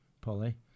Polly